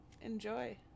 Enjoy